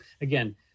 again